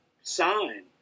sign